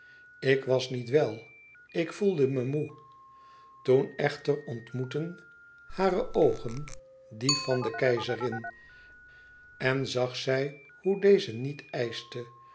ik was niet wel ik voelde me moê toen echter ontmoetten hare oogen die van de keizerin en zag zij hoe deze niet eischte